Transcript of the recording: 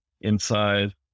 inside